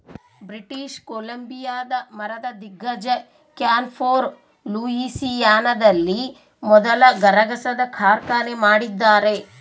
British ಕೊಲಂಬಿಯಾದ ಮರದ ದಿಗ್ಗಜ ಕ್ಯಾನ್ಫೋರ್ ಲೂಯಿಸಿಯಾನದಲ್ಲಿ ಮೊದಲ ಗರಗಸದ ಕಾರ್ಖಾನೆ ಮಾಡಿದ್ದಾರೆ